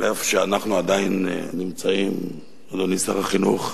אף שאנחנו עדיין נמצאים, אדוני שר החינוך,